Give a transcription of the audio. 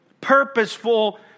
purposeful